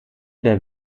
der